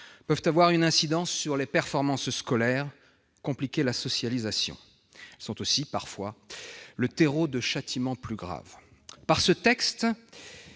peuvent avoir une incidence sur les performances scolaires et compliquer la socialisation. Elles sont aussi, parfois, le terreau de châtiments plus graves. Par ce texte,